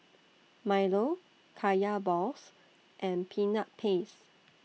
Milo Kaya Balls and Peanut Paste